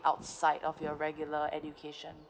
outside of your regular education